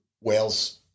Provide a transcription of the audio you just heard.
Wales